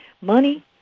Money